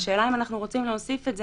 והשאלה אם אנחנו רוצים להוסיף את זה,